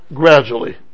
gradually